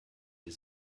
die